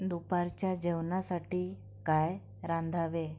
दुपारच्या जेवणासाठी काय रांधावे